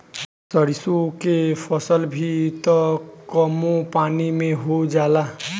सरिसो के फसल भी त कमो पानी में हो जाला